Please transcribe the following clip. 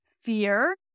fear